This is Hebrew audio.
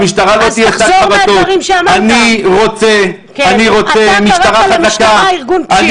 המשטרה לא תהיה שק חבטות --- אתה קראת למשטרה ארגון פשיעה.